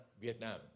Vietnam